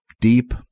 deep